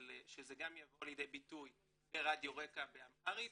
שזה גם יבוא לידי ביטוי ברדיו רק"ע באמהרית